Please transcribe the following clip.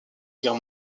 guerre